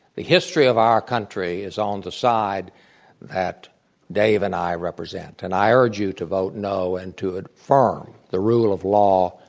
the history of our country is on the side that dave and i represent. and i urge you to vote no and to ah affirm the rule of law,